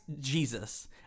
Jesus